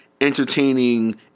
entertaining